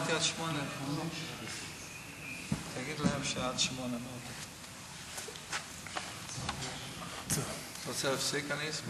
תגיד להם שעד 20:00. אתה רוצה להפסיק, אני אשמח.